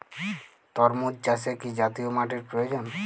তরমুজ চাষে কি জাতীয় মাটির প্রয়োজন?